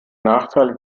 nachteile